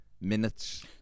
minutes